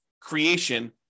creation